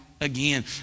again